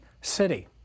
city